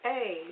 Hey